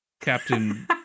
Captain